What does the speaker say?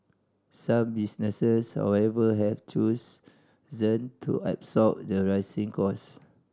some businesses however have chose them to absorb the rising cost